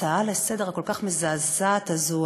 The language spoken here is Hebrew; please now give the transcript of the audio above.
בהצעה לסדר-היום הכל-כך מזעזעת הזו.